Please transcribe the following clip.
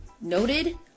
noted